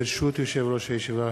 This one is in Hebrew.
ברשות יושב-ראש הישיבה,